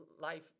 life